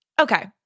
Okay